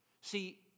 See